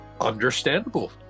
Understandable